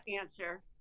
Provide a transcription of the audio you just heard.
answer